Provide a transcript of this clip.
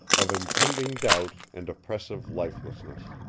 of impending doubt and oppressive lifelessness.